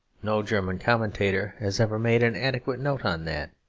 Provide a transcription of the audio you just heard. no german commentator has ever made an adequate note on that.